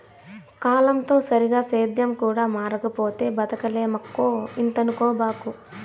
కాలంతో సరిగా సేద్యం కూడా మారకపోతే బతకలేమక్కో ఇంతనుకోబాకు